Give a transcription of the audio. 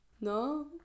No